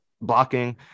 blocking